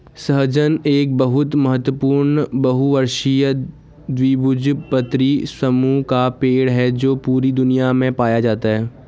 सहजन एक बहुत महत्वपूर्ण बहुवर्षीय द्विबीजपत्री समूह का पेड़ है जो पूरी दुनिया में पाया जाता है